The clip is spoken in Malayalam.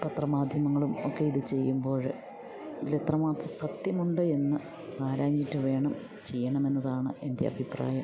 പത്ര മാധ്യമങ്ങളും ഒക്കെ ഇതു ചെയ്യുമ്പോൾ ഇതിലെത്ര മാത്രം സത്യമുണ്ട് എന്ന് ആരാഞ്ഞിട്ട് വേണം ചെയ്യണമെന്നതാണ് എൻ്റെ അഭിപ്രായം